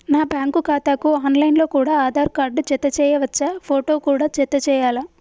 నా బ్యాంకు ఖాతాకు ఆన్ లైన్ లో కూడా ఆధార్ కార్డు జత చేయవచ్చా ఫోటో కూడా జత చేయాలా?